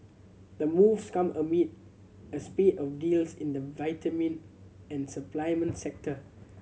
the moves come amid a spate of deals in the vitamin and supplement sector